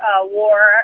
war